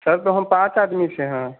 sir तो हम पाँच आदमी से हैं